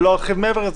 ולא ארחיב מעבר לזה,